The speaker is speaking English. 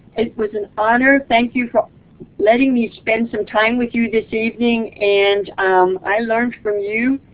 it was an honor. thank you for letting me spend some time with you this evening. and um i learned from you.